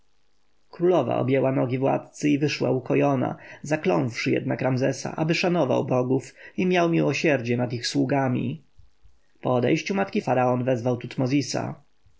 królowa objęła nogi władcy i wyszła ukojona zakląwszy jednak ramzesa aby szanował bogów i miał miłosierdzie nad ich sługami po odejściu matki faraon wezwał tutmozisa